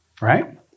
right